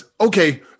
okay